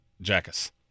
jackass